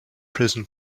prison